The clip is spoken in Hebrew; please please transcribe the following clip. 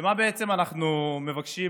ומה שבעצם אנחנו מבקשים